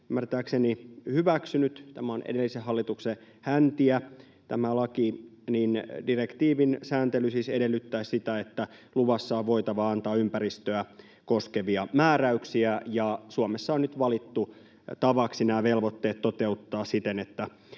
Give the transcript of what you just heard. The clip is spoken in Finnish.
ymmärtääkseni hyväksynyt. Tämä laki on edellisen hallituksen häntiä. Direktiivin sääntely siis edellyttäisi sitä, että luvassa on voitava antaa ympäristöä koskevia määräyksiä. Suomessa on nyt valittu tavaksi nämä velvoitteet toteuttaa siten, että